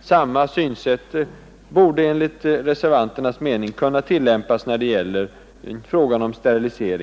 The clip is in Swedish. Samma synsätt borde, anser vi reservanter, kunna tillämpas när det gäller frågan om sterilisering.